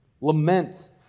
Lament